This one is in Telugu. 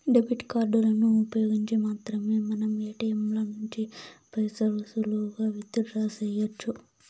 డెబిట్ కార్డులను ఉపయోగించి మాత్రమే మనం ఏటియంల నుంచి పైసలు సులువుగా విత్ డ్రా సెయ్యొచ్చు